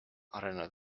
arenenud